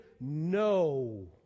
No